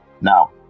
Now